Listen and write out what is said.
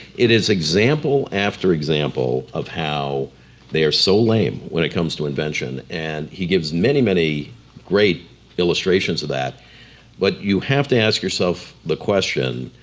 it is example after example of how they are so lame when it comes to invention and he gives many many great illustrations of that but you have to ask yourself the question,